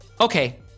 okay